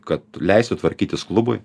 kad leistų tvarkytis klubui